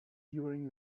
during